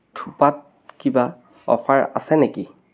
থোপাত কিবা অ'ফাৰ আছে নেকি